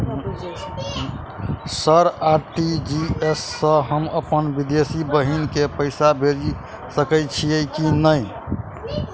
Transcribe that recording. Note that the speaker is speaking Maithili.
सर आर.टी.जी.एस सँ हम अप्पन विदेशी बहिन केँ पैसा भेजि सकै छियै की नै?